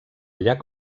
llac